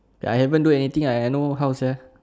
I haven't do anything I I know how sia